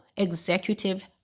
executive